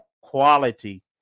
quality